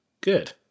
Good